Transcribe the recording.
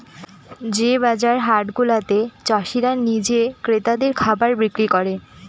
যে বাজার হাট গুলাতে চাষীরা নিজে ক্রেতাদের খাবার বিক্রি করে